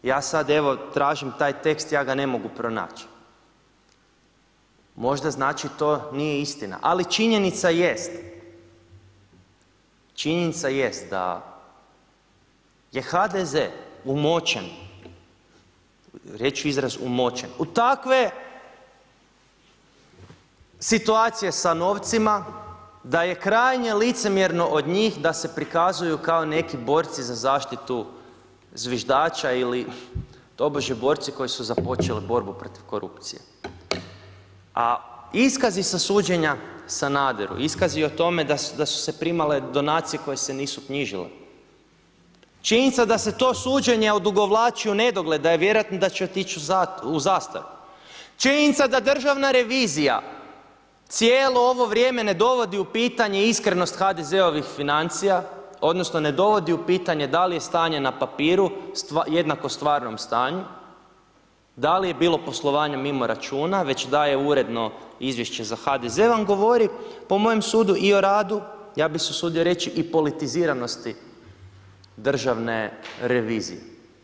Ja sada evo, tražim taj tekst i ne mogu ga pronaći, možda znači to nije istina, ali činjenica jest, činjenica jest da je HDZ umočen reći ću izraz umočen u takve situacije sa novcima da je krajnje licemjerno od njih da se prikazuju kao neki borci za zaštitu zviždača ili tobože borci koji su započeli borbu protiv korupcije, a iskazi sa suđenja Sanaderu, iskazi o tome da su se primale donacije koje se nisu knjižile, činjenica da se to suđenje odugovlači u nedogled, da je vjerojatno da će otić u zastaru, činjenica da državna revizija cijelo ovo vrijeme ne dovodi u pitanje iskrenost HDZ-ovih financija odnosno ne dovodi u pitanje da li je stanje na papiru jednako stvarnom stanju, da li je bilo poslovanja mimo računa već daje uredno izvješće za HDZ, vam govori po mojem sudu i o radu, ja bi se usudio reći, i politiziranosti državne revizije.